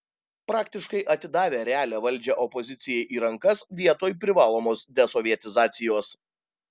praktiškai atidavę realią valdžią opozicijai į rankas vietoj privalomos desovietizacijos